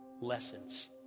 lessons